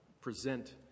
present